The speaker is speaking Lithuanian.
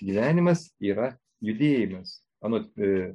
gyvenimas yra judėjimas anot ė